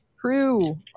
True